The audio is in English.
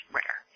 rare